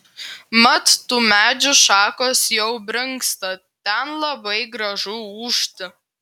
mat tų medžių šakos jau brinksta ten labai gražu ūžti